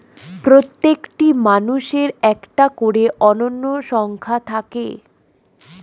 প্রত্যেকটি মানুষের একটা করে অনন্য সংখ্যা থাকে